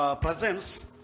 presence